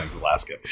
Alaska